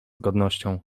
godnością